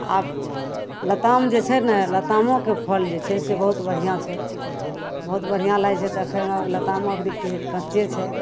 आब लताम जे छै ने लतामोके फल जे छै से बहुत बढ़िआँ छै बहुत बढ़िआँ लागै छै देखैमे लतामो एखन कच्चे छै